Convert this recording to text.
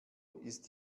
ist